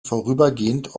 vorübergehend